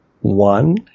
one